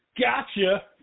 Gotcha